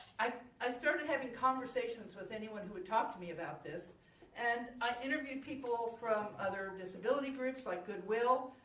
i i started having conversations with anyone who would talk to me about this and i interviewed people from other disability groups like goodwill,